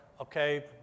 okay